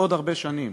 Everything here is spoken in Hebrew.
לא עוד הרבה שנים,